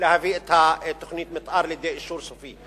להביא את תוכנית המתאר לידי אישור סופי?